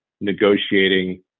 negotiating